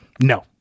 No